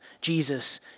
Jesus